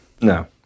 No